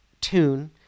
tune